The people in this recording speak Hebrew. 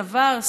צוואר,